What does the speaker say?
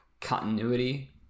continuity